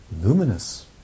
Luminous